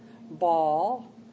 Ball